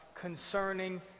concerning